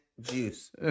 Juice